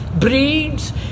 breeds